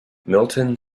milton